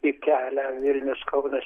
į kelią vilnius kaunas